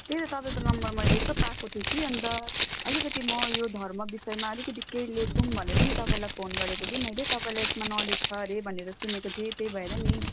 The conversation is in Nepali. त्यही तपाईँको नम्बर मैले यसो पाएको थिएँ कि अनि त अलिकति म यो धर्म विषयमा अलिकति केही लेखूँ भनेर नि तपाईँलाई फोन गरेको कि मैले तपाईँलाई यसमा नलेज छ अरे भनेर सुनेको थिएँ त्यही भएर नि